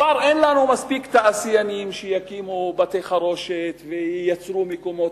כבר אין לנו מספיק תעשיינים שיקימו בתי-חרושת וייצרו מקומות